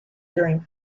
during